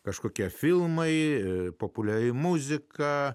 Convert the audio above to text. kažkokia filmai populiarioji muzika